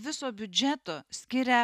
viso biudžeto skiria